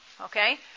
Okay